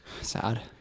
Sad